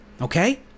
okay